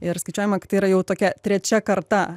ir skaičiuojama kad tai yra jau tokia trečia karta